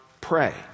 pray